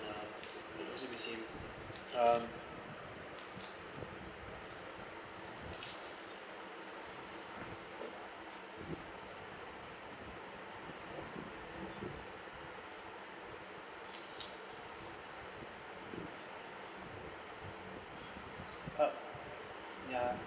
and also O_C_B_C um ya